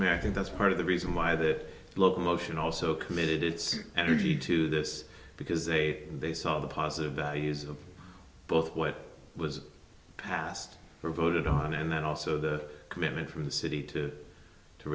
america and that's part of the reason why the locomotion also committed its energy to this because they saw the positive values of both what was passed voted on and then also the commitment from the city to to